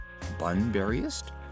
Bunburyist